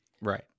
Right